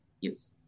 use